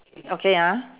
okay ah